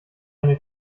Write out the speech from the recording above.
eine